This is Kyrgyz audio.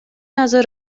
азыр